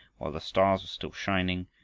while the stars were still shining,